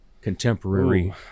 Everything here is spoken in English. contemporary